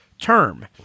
term